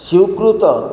ସ୍ଵୀକୃତ